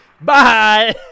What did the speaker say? Bye